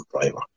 driver